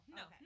no